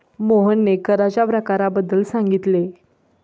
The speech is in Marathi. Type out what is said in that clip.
मोहनने कराच्या प्रकारांबद्दल सांगितले